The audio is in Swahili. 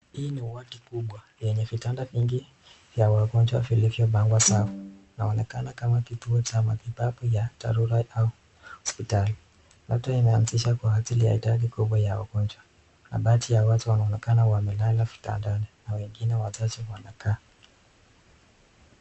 Hii ni wadi kubwa yenye vitanda vingi vya wagonjwa vilivyopangwa sawa. Inaonekana kama kituo cha matibabu ya dharura au hospitali, labda imeazishwa kwa ajili ya idadi kubwa ya wagonjwa na baadhi ya watu wanaonekana wamelala vitandani na wengine wachache wanakaa.